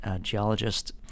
geologist